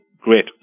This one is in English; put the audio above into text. great